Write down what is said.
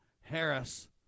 Harris